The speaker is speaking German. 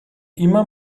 immer